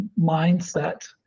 mindset